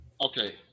Okay